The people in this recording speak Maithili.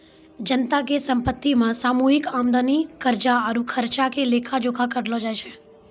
जनता के संपत्ति मे सामूहिक आमदनी, कर्जा आरु खर्चा के लेखा जोखा करलो जाय छै